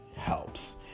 helps